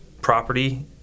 property